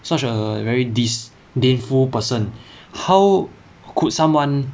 such a very disdainful person how could someone